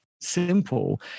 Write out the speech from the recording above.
simple